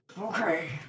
Okay